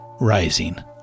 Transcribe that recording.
rising